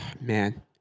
man